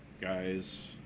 guys